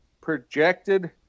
projected